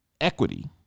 equity